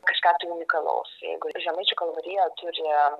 kažką tai unikalaus jeigu žemaičių kalvarija turi